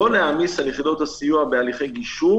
לא להעמיס על יחידות הסיוע בהליכי גישור